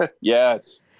Yes